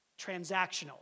Transactional